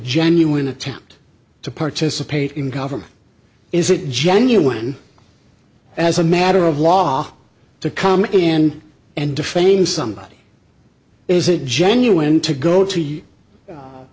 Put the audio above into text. genuine attempt to participate in government is it genuine as a matter of law to come in and defame somebody is it genuine to go to